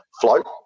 float